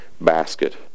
basket